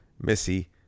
Missy